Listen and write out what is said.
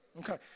Okay